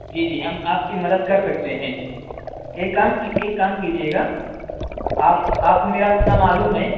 جی جی ہم آپ کی مدد کر سکتے ہیں ایک کام کی ایک کام کیجیے گا آپ آپ کو میرا پتا معلوم ہے